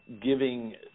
giving